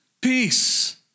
peace